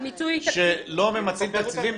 היא מספרת על העובדה שלא ממצים תקציבים.